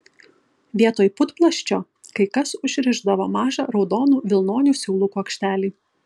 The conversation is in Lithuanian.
vietoj putplasčio kai kas užrišdavo mažą raudonų vilnonių siūlų kuokštelį